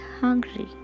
hungry